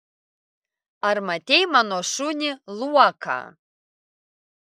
ar matei mano šunį luoką